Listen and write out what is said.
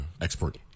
expert